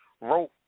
wrote